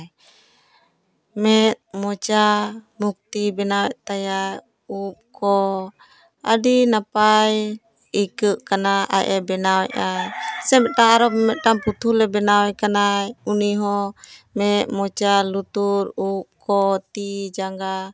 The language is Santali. ᱢᱮᱫ ᱢᱚᱪᱟ ᱢᱩᱠᱛᱤ ᱵᱮᱱᱟᱣᱮᱫ ᱛᱟᱭᱟᱭ ᱩᱯ ᱠᱚ ᱟᱹᱰᱤ ᱱᱟᱯᱟᱭ ᱟᱹᱭᱠᱟᱹᱜ ᱠᱟᱱᱟ ᱟᱡᱼᱮ ᱵᱮᱱᱟᱣᱮᱫᱼᱟᱭ ᱥᱮ ᱟᱨᱚ ᱢᱤᱫᱴᱟᱝ ᱯᱩᱛᱩᱞᱮ ᱵᱮᱱᱟᱣᱮ ᱠᱟᱱᱟᱭ ᱩᱱᱤ ᱦᱚᱸ ᱢᱮᱫ ᱢᱚᱪᱟ ᱞᱩᱛᱩᱨ ᱩᱯ ᱠᱚ ᱛᱤ ᱡᱟᱸᱜᱟ